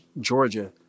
Georgia